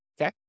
Okay